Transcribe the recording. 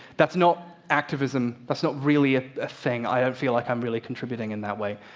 that's not activism, that's not really a thing. i don't feel like i'm really contributing in that way.